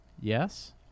Yes